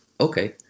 Okay